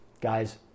guys